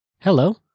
Hello